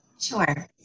Sure